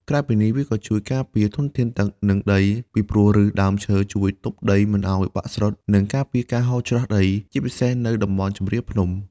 ក្រៅពីនេះវាក៏ជួយការពារធនធានទឹក និងដី ពីព្រោះឫសដើមឈើជួយទប់ដីមិនឱ្យបាក់ស្រុត និងការពារការហូរច្រោះដី ជាពិសេសនៅតំបន់ជម្រាលភ្នំ។